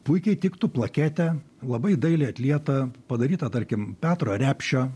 puikiai tiktų plaketė labai dailiai atlieta padaryta tarkim petro repšio